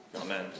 Amen